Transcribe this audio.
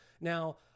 Now